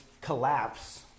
collapse